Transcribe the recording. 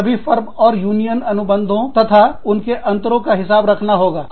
सभी फॉर्म और यूनियन अनुबंधों तथा उनके अंतरों का हिसाब रखना है